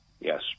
Yes